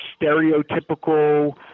stereotypical